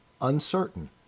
uncertain